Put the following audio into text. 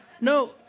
no